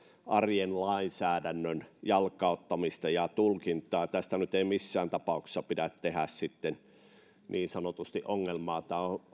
arjen lainsäädännön jalkauttamista ja tulkintaa tästä nyt ei missään tapauksessa pidä tehdä niin sanotusti ongelmaa